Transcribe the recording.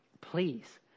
Please